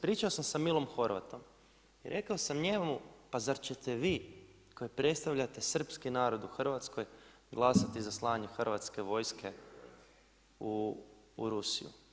Pričao sam sa Milom Horvatom i rekao sam njemu pa zar ćete vi koji predstavljate srpski narod u Hrvatskoj glasati za slanje Hrvatske vojske u Rusiju.